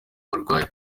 barwaye